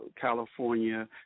California